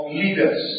leaders